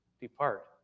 depart